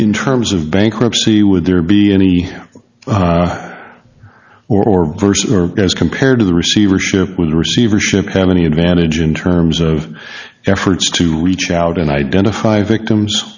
in terms of bankruptcy would there be any or first or as compared to the receivership with a receivership than any advantage in terms of efforts to reach out and identify victims